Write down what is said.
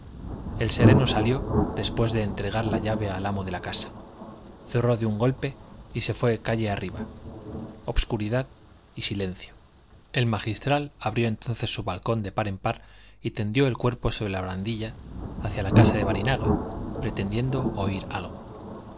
el sereno salió después de entregar la llave al amo de la casa cerró de un golpe y se fue calle arriba obscuridad y silencio el magistral abrió entonces su balcón de par en par y tendió el cuerpo sobre la barandilla hacia la casa de barinaga pretendiendo oír algo